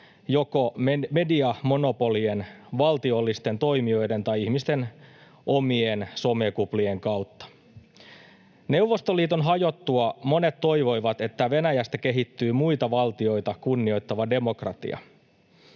joko mediamonopolien, valtiollisten toimijoiden tai ihmisten omien somekuplien kautta. Neuvostoliiton hajottua monet toivoivat, että Venäjästä kehittyy muita valtioita kunnioittava demokratia.